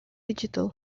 digital